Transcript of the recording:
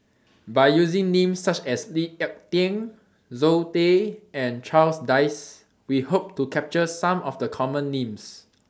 By using Names such as Lee Ek Tieng Zoe Tay and Charles Dyce We Hope to capture Some of The Common Names